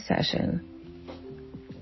session